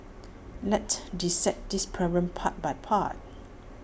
let's dissect this problem part by part